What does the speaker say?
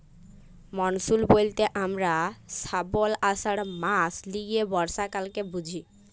monsoon ব্যলতে হামরা শ্রাবল, আষাঢ় মাস লিয়ে বর্ষাকালকে বুঝি